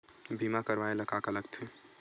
बीमा करवाय ला का का लगथे?